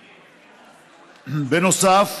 בנוסף,